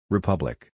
Republic